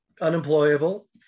unemployable